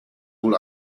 wohl